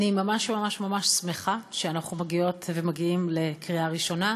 אני ממש ממש שמחה שאנחנו מגיעות ומגיעים לקריאה ראשונה.